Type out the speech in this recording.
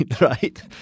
right